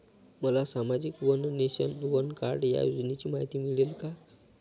मला सामाजिक one nation, one card या योजनेची माहिती मिळेल का?